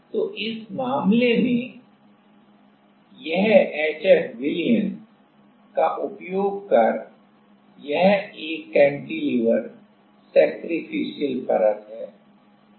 तो इस मामले में यह HF विलयन का उपयोग कर यह एक कैंटिलीवर सेक्रिफिसीयल परत है